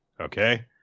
Okay